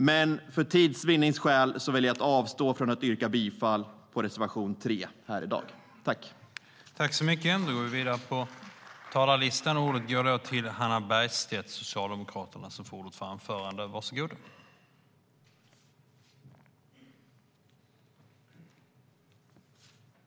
Men för tids vinnande väljer jag att avstå från att yrka bifall till reservation 3 här i dag.